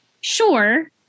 sure